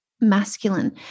masculine